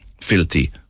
filthy